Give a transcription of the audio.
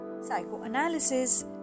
Psychoanalysis